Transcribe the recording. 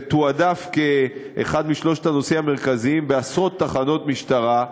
זה תועדף כאחד משלושת הנושאים המרכזיים בעשרות תחנות משטרה.